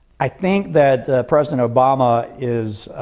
i think that president obama is